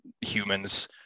humans